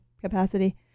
capacity